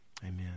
Amen